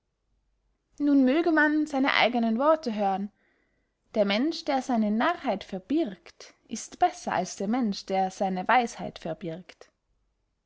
nun möge man seine eigenen worte hören der mensch der seine narrheit verbirgt ist besser als der mensch der seine weisheit verbirgt